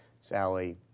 Sally